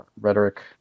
rhetoric